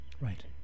Right